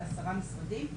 ב-10 משרדים,